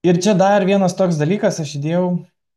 ir čia dar vienas toks dalykas aš įdėjau